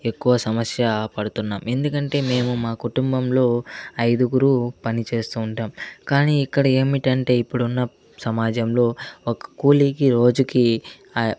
ఎక్కువ సమస్య పడుతున్నాము ఎందుకంటే మేము మా కుటుంబంలో ఐదుగురు పని చేస్తూ ఉంటాము కానీ ఇక్కడ ఏమిటంటే ఇప్పుడున్న సమాజంలో ఒక కూలికి రోజుకి